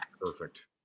Perfect